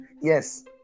yes